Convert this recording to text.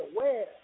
aware